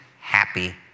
happy